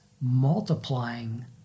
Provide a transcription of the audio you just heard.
multiplying